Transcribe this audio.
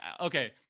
okay